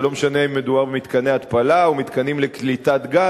ולא משנה אם מדובר במתקני התפלה או במתקנים לקליטת גז,